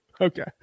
Okay